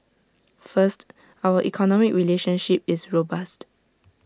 first our economic relationship is robust